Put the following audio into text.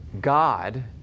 God